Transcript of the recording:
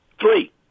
Three